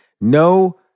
No